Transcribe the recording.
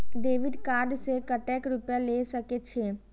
Debit card से कतेक रूपया ले सके छै?